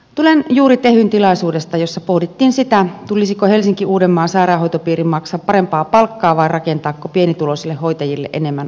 tulen juuri tehyn tilaisuudesta jossa pohdittiin sitä tulisiko helsingin ja uudenmaan sairaanhoitopiirin maksaa parempaa palkkaa vai rakentaako pienituloisille hoitajille enemmän asuntoja